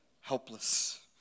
helpless